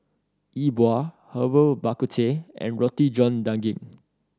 Yi Bua Herbal Bak Ku Teh and Roti John Daging